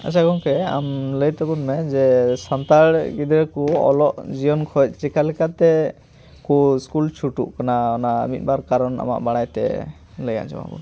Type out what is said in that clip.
ᱟᱪᱪᱷᱟ ᱜᱚᱝᱠᱮ ᱟᱢ ᱞᱟᱹᱭ ᱛᱟᱵᱚᱱ ᱢᱮ ᱡᱮ ᱥᱟᱱᱛᱟᱲ ᱜᱤᱫᱽᱨᱟᱹ ᱠᱚ ᱚᱞᱚᱜ ᱡᱤᱭᱚᱱ ᱠᱷᱚᱱ ᱪᱮᱠᱟ ᱞᱮᱠᱟᱛᱮ ᱠᱚ ᱤᱥᱠᱩᱞ ᱪᱷᱩᱴᱩᱜ ᱠᱟᱱᱟ ᱚᱱᱟ ᱢᱤᱫ ᱵᱟᱨ ᱠᱟᱨᱚᱱ ᱟᱢᱟᱜ ᱵᱟᱲᱟᱭ ᱛᱮ ᱞᱟᱹᱭ ᱟᱡᱚᱢ ᱟᱵᱚᱱ ᱢᱮ